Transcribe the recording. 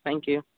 thank you